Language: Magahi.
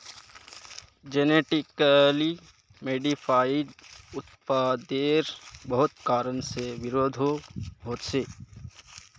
जेनेटिकली मॉडिफाइड उत्पादेर बहुत कारण से विरोधो होछे